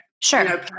sure